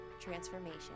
transformation